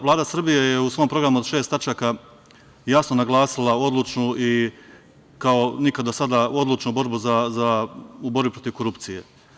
Vlada Srbije je u svom programu od šest tačaka jasno naglasila odlučnu i kao nikada do sada odlučnu borbu protiv korupcije.